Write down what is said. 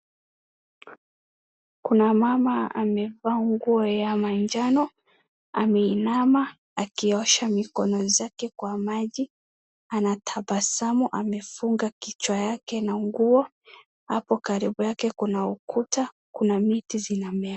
Kuna mama amevaa nguo ya majano ameinama akiosha mikono zake kwa maji. Anatabasamu amefunga kichwa yake na nguo. Hapo karibu yake kuna ukuta, kuna miti zinamea.